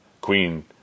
queen